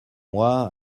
moi